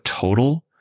total